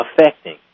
affecting